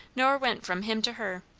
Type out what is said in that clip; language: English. nor went from him to her.